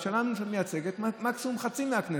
הממשלה מייצגת מקסימום חצי מהכנסת,